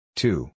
two